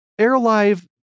AirLive